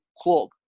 Club